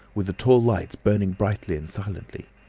with the tall lights burning brightly and silently.